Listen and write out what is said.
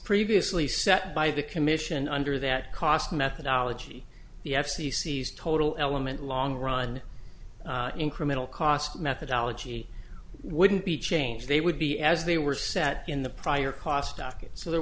previously set by the commission under that cost methodology the f c c has total element long run incremental cost methodology wouldn't be changed they would be as they were set in the prior cost docket so there